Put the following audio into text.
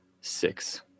six